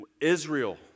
Israel